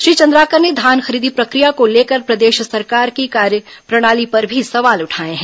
श्री चंद्राकर ने धान खरीदी प्रक्रिया को लेकर प्रदेश सरकार की कार्यप्रणाली पर भी सवाल उठाए हैं